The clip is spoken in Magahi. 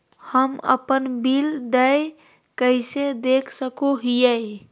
हम अपन बिल देय कैसे देख सको हियै?